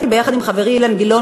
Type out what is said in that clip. ביחד עם חברי אילן גילאון,